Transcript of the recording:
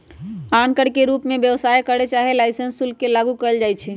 आन कर के रूप में व्यवसाय कर चाहे लाइसेंस शुल्क के लागू कएल जाइछै